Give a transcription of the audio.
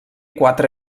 quatre